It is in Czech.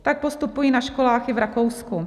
Tak postupují i na školách v Rakousku.